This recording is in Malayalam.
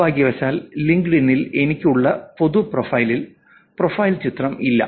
നിർഭാഗ്യവശാൽ ലിങ്ക്ഡ്ഇനിൽ എനിക്ക് ഉള്ള പൊതു പ്രൊഫൈലിൽ പ്രൊഫൈൽ ചിത്രം ഇല്ല